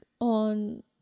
on